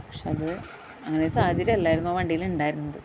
പക്ഷേ അത് അങ്ങനെയൊരു സാഹചര്യം അല്ലായിരുന്നു ആ വണ്ടിയിൽ ഉണ്ടായിരുന്നത്